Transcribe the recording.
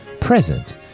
present